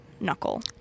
knuckle